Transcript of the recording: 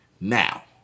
now